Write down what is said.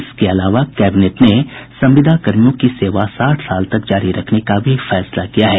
इसके अलावा कैबिनेट ने संविदाकर्मियों की सेवा साठ साल तक जारी रखने का भी फैसला किया है